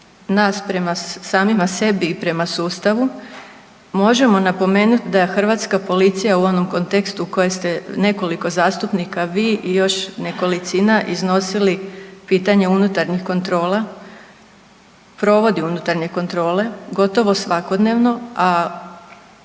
nas prema samima sebi i prema sustavu. Možemo napomenuti da hrvatska policija u onom kontekstu u kojem ste nekoliko zastupnika, vi i još nekolicina iznosili pitanje unutarnjih kontrola, provodi unutarnje kontrole gotovo svakodnevno, a